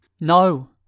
No